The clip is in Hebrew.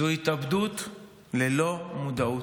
זו התאבדות ללא מודעות.